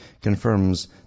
confirms